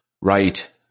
Right